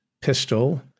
pistol